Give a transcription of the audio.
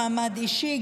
מעמד אישי,